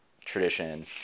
tradition